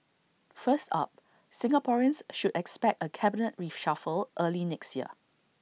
first up Singaporeans should expect A cabinet reshuffle early next year